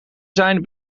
zijn